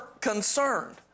concerned